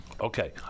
Okay